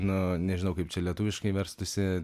nu nežinau kaip čia lietuviškai verstųsi